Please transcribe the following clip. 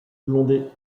blondet